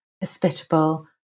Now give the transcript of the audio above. hospitable